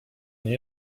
nie